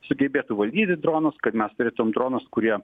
sugebėtų valdyti dronus kad mes turėtum dronus kurie